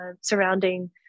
surrounding